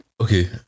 Okay